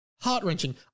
heart-wrenching